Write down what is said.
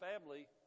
family